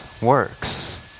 works